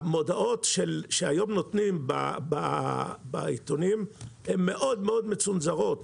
המודעות שהיום יש בעיתונים הן מאוד מצונזרות,